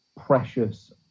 precious